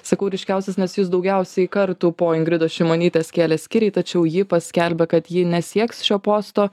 sakau ryškiausias nes jus daugiausiai kartų po ingridos šimonytės kėlė skyriai tačiau ji paskelbė kad ji nesieks šio posto